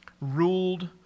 Ruled